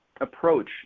approach